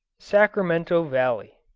sacramento valley